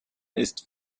ist